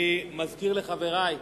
אני מזכיר לחברי,